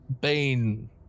Bane